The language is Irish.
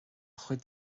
chuid